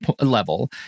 level